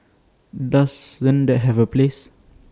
doesn't that have A place